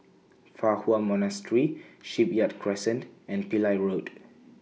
Fa Hua Monastery Shipyard Crescent and Pillai Road